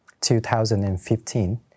2015